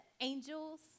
angels